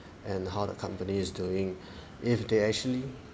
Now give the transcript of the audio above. and how the company's doing if they actually